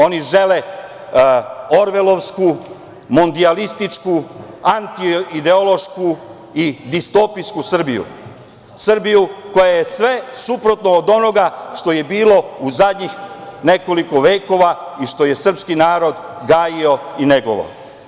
Oni žele orvelovsku, mondijalističku, antiideološku i distopisjku Srbiju, Srbiju koja je sve suprotno od onoga što je bilo u zadnjih nekoliko vekova i što je srpski narod gajio i negovao.